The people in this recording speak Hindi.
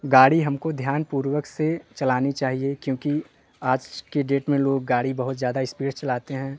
गाड़ी हमको ध्यानपूर्वक से चलानी चाहिए क्योंकि आज की डेट में लोग गाड़ी बहुत ज़्यादा स्पीड चलाते हैं